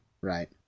right